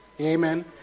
Amen